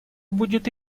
будет